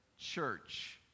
Church